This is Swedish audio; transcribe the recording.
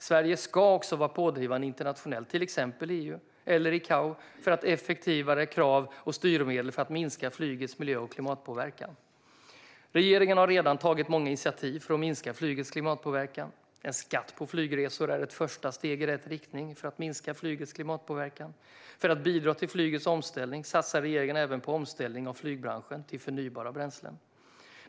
Sverige ska också vara pådrivande internationellt i till exempel EU och ICAO för effektivare krav och styrmedel för att minska flygets miljö och klimatpåverkan. Regeringen har redan tagit många initiativ för att minska flygets klimatpåverkan. En skatt på flygresor är ett första steg i rätt riktning för att minska flygets klimatpåverkan. För att bidra till flygets omställning satsar regeringen även på omställning av flygbranschen till förnybara bränslen.